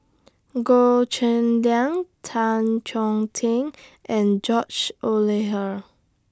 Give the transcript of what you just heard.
Goh Cheng Liang Tan Chong Tee and George